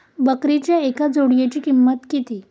बकरीच्या एका जोडयेची किंमत किती?